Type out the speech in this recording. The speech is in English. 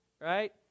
right